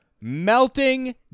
melting